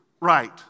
right